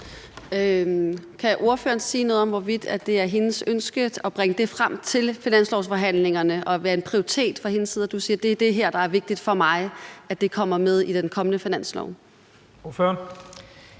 Kan ordføreren sige noget om, hvorvidt det er hendes ønske at bringe det frem til finanslovsforhandlingerne og er en prioritet fra hendes side? Du siger: Det er det her, der er vigtigt for mig kommer med i den kommende finanslov. Kl.